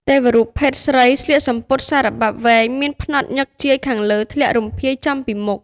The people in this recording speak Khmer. ទេវរូបភេទស្រីស្លៀកសំពត់ សារបាប់វែងមានផ្នត់ញឹកជាយខាងលើធ្លាក់រំភាយចំពីមុខ ។